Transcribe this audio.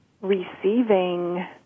receiving